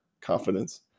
confidence